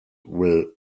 will